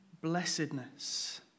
blessedness